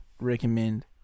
recommend